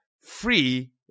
free